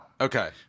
Okay